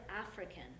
African